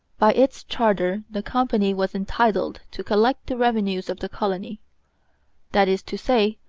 by its charter the company was entitled to collect the revenues of the colony that is to say,